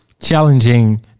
challenging